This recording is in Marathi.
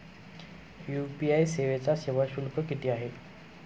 यू.पी.आय सेवेचा सेवा शुल्क किती आहे?